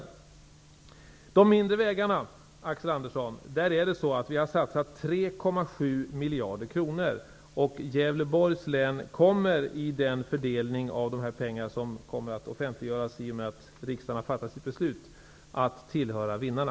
Beträffande de mindre vägarna, Axel Andersson, har vi satsat 3,7 miljarder kronor. Gävleborgs län kommer i den fördelning av dessa pengar som kommer att offentliggöras i och med att riksdagen har fattat sitt beslut att tillhöra vinnarna.